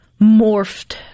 morphed